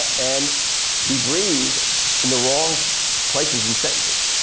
and he breathes in the wrong places in sentences.